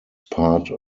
part